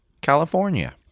California